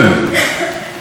הטכנולוגי,